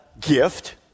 gift